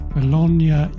Bologna